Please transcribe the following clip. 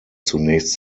zunächst